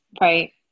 Right